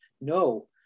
no